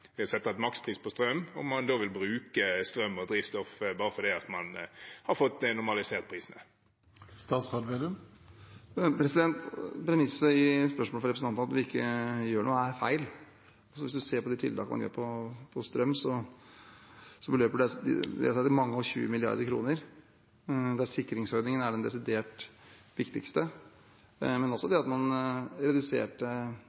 man da vil bruke strøm og drivstoff bare fordi man har fått normalisert prisene. Premisset i spørsmålet fra representanten, at vi ikke gjør noe, er feil. Hvis man ser på tiltakene vi har på strøm, beløper det seg til mange og tjue milliarder kroner, der sikringsordningen er en desidert viktigste. Man reduserte også